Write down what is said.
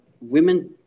Women